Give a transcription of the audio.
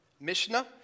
Mishnah